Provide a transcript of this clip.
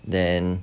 then